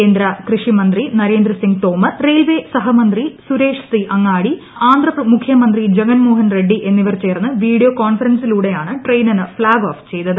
കേന്ദ്ര കൃഷി മന്ത്രി നരേന്ദ്ര സിംഗ് തോമർ റെയിൽവേ സഹമന്ത്രി സുരേഷ് സി അങ്ങാടി ആന്ധ്ര മുഖ്യമന്ത്രി ജഗൻ മോഹൻ റെഡ്ഡി എന്നിവർ ചേർന്ന് വീഡിയോ കോൺഫറൻസിലൂടെയാണ് ട്രെയിനിന് ഫ്ളാഗ് ഓഫ് ചെയ്തത്